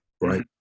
right